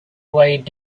weighted